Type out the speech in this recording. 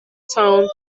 town